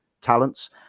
talents